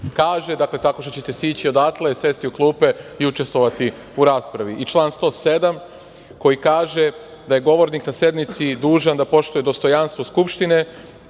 kaže, dakle, tako što ćete sići odatle, sesti u klupe i učestvovati u raspravi. I član 107, koji kaže da je govornik na sednici dužan da poštuje dostojanstvo Skupštine